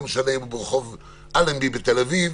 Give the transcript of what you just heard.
לא משנה אם הוא רחוב אלנבי בתל אביב,